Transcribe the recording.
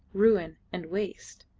ruin, and waste.